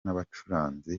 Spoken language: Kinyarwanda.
n’abacuranzi